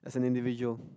as an individual